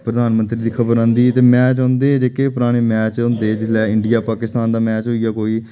प्रधानमंत्री दी खबर औंदी ही ते मैच औंदे हे जेह्के पराने मैच होंदे हे जिसलै इंडिया पाकिस्तान दा मैच होई गेआ कोई